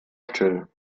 still